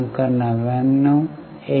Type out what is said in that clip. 99 1